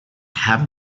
have